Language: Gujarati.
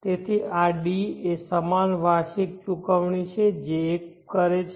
તેથી આ D એ સમાન વાર્ષિક ચુકવણી છે જે એક કરે છે